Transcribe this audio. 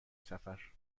سفر